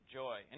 joy